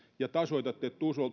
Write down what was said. ja tasoitatte